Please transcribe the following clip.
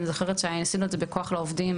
אני זוכרת שעשינו את זה בכוח לעובדים,